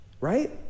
right